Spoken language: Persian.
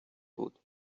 بود